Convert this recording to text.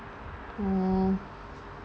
oh